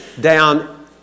down